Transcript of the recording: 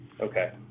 Okay